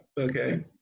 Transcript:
Okay